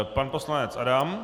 Pan poslanec Adam.